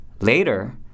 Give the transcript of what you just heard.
later